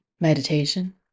meditation